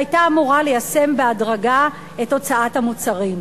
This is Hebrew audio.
שהיתה אמורה ליישם בהדרגה את הוצאת המוצרים.